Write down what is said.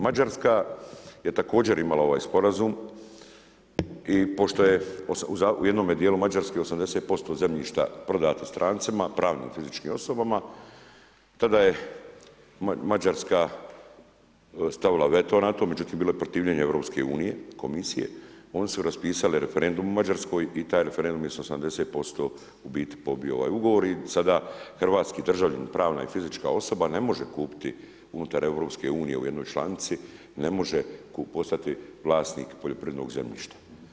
Mađarska je također imala ovaj sporazum i pošto je u jednom dijelu Mađarske 80% zemljišta prodano strancima, pravnim i fizičkim osobama, tada je Mađarska stavila veto na to, međutim, bilo je protivljenja Europske unije, komisije, oni su raspisali referendum u Mađarskoj i taj referendum je sa 80% u biti pobio ovaj ugovor i sada hrvatski državljanin, pravna i fizička osoba ne može kupiti unutar Europske unije u jednoj članici ne može postati vlasnik poljoprivrednog zemljišta.